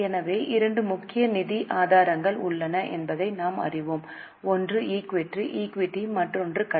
எனவே இரண்டு முக்கியமான நிதி ஆதாரங்கள் உள்ளன என்பதை நாம் அறிவோம் ஒன்று ஈக்விட்டி மற்றொன்று கடன்